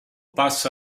passa